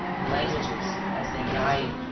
the languages, as they died,